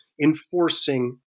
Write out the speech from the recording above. enforcing